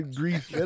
grease